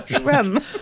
rum